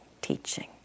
teaching